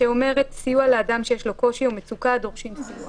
שאומרת: סיוע לאדם שיש לו קושי או מצוקה הדורשים סיוע.